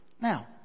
Now